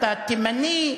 אתה תימני,